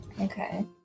Okay